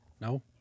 No